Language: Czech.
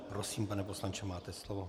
Prosím, pane poslanče, máte slovo.